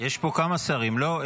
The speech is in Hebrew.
יש פה כמה שרים, לא?